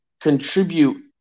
contribute –